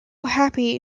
happy